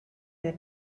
der